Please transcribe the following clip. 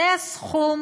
זה הסכום